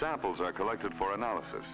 samples are collected for analysis